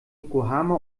yokohama